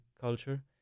culture